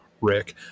Rick